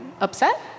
upset